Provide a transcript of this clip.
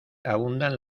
abundan